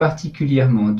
particulièrement